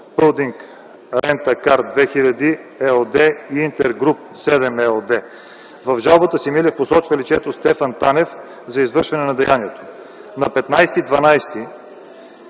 „Пълдин рент а кар 2000” ЕООД и „Интергруп 7” ЕООД. В жалбата си Милев посочва лицето Стефан Танев за извършване на деянието. На 15